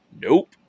Nope